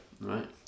Right